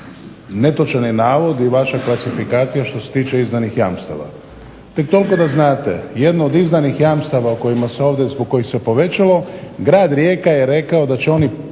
Netočan je navod i vaša klasifikacije i što se tiče izdanih jamstava. Tek toliko da znate jedno od izdanih jamstava o kojima se ovdje zbog kojih se povećalo grad Rijeka je rekao da će oni